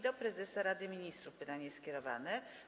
Do prezesa Rady Ministrów pytanie jest skierowane.